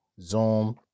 Zoom